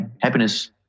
happiness